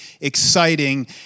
exciting